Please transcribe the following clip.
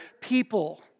people